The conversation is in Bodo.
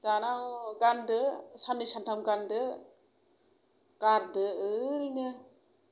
दाना गानदो साननै सानथाम गानदो गारदो ओरैनो